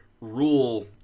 rule